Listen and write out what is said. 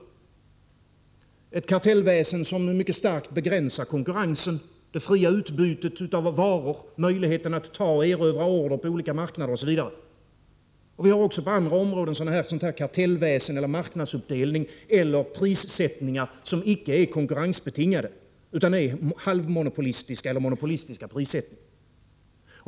Det är ett kartellväsen som mycket starkt begränsar konkurrensen och det fria utbytet av varor, möjligheten att ta och erövra order på olika marknader osv. Det finns också på andra områden kartellväsen, marknadsuppdelning eller prissättningar som icke är konkurrensbetingade utan är halvmonopolistiska eller monopolistiska.